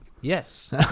Yes